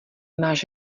máš